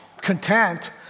Content